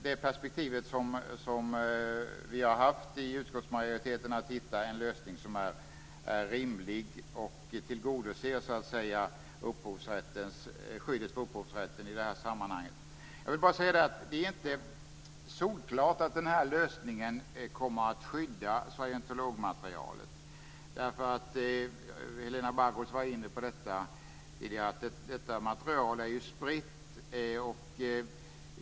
Det perspektiv som utskottsmajoriteten haft är att hitta en lösning som är rimlig och tillgodoser skyddet för upphovsrätten i det här sammanhanget. Det är inte solklart att den här lösningen kommer att skydda scientologmaterialet. Helena Bargholtz var tidigare inne på att detta material är spritt.